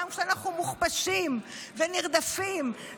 גם כשאנחנו מוכפשים ונרדפים,